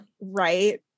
Right